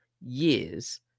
years